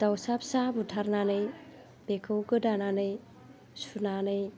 दाउसा फिसा बुथारनानै बेखौ गोदानानै सुनानै